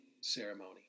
ceremony